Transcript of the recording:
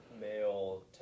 male